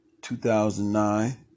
2009